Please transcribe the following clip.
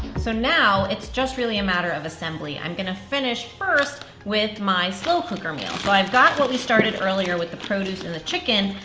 so now it's just really a matter of assembly. i'm gonna finish first with my slow cooker meal. so but i've got what we started earlier with the produce and the chicken,